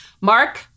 Mark